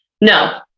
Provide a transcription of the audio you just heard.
No